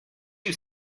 you